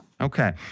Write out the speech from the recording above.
Okay